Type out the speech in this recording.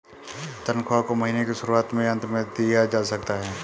तन्ख्वाह को महीने के शुरुआत में या अन्त में दिया जा सकता है